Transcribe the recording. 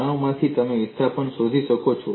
તાણમાંથી તમે વિસ્થાપન શોધી શકો છો